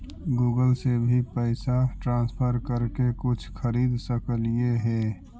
Google से भी पैसा ट्रांसफर कर के कुछ खरिद सकलिऐ हे?